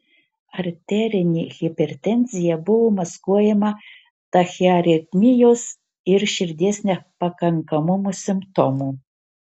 arterinė hipertenzija buvo maskuojama tachiaritmijos ir širdies nepakankamumo simptomų